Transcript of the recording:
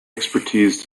expertise